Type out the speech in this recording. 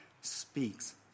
speaks